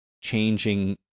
changing